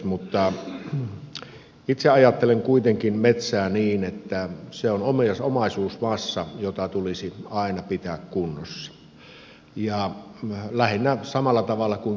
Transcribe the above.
mutta itse ajattelen kuitenkin metsää niin että se on omaisuusmassa jota tulisi aina pitää kunnossa ja lähinnä samalla tavalla kuin kiinteistöjä